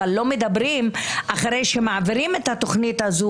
אבל לא מדברים אחרי שמעבירים את התוכנית הזאת,